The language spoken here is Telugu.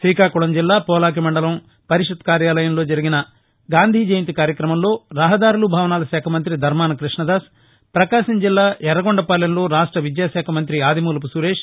శ్రీకాకుళం జిల్లా పోలాకి మండల పరిషత్ కార్యాలయంలో జరిగిన గాంధీ జయంతి కార్యక్రమంలో రహదారులు భవనాల శాఖ మంతి ధర్మాన కృష్ణదాస్ పకాశం జిల్లా ఎర్రగొండపాలెంలో రాష్ట విద్యాశాఖమంత్రి ఆదిమూలపు సురేష్